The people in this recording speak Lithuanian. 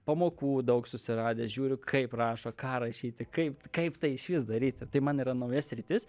pamokų daug susiradęs žiūriu kaip rašo ką rašyti kaip kaip tai išvis daryti tai man yra nauja sritis